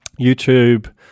YouTube